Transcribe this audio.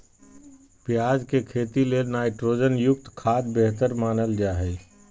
प्याज के खेती ले नाइट्रोजन युक्त खाद्य बेहतर मानल जा हय